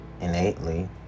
innately